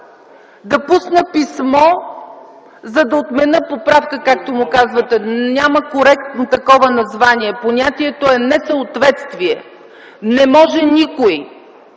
да пусна писмо, за да отменя поправката, както му казвате. Няма такова коректно название. Понятието е „несъответствие”. Не може никой